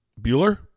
Bueller